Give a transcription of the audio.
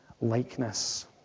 likeness